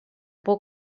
por